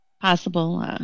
possible